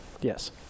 Yes